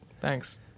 thanks